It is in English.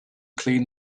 clean